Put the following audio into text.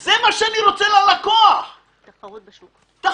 זה מה שאני רוצה ללקוח, תחרות בשוק.